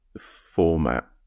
format